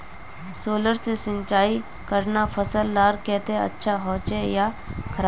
Solar से सिंचाई करना फसल लार केते अच्छा होचे या खराब?